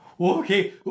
Okay